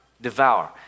devour